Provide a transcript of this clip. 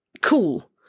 cool